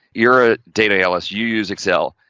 you're a data analyst, you use excel,